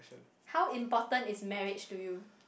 how important is marriage to you